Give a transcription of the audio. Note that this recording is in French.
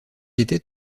était